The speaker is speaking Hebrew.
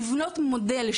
לבנות מודל,